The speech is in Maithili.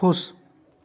खुश